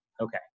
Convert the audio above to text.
Okay